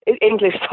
English